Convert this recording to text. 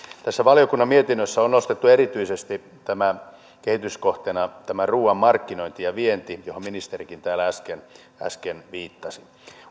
tässä valiokunnan mietinnössä on nostettu erityisesti kehityskohteena tämä ruuan markkinointi ja vienti johon ministerikin täällä äsken äsken viittasi